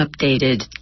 updated